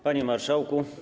Panie Marszałku!